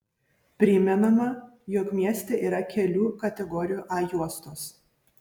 primenama jog mieste yra kelių kategorijų a juostos